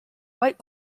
white